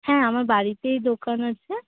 হ্যাঁ আমার বাড়িতেই দোকান আছে